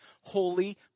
holy